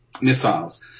missiles